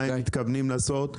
מה מתכוונים לעשות.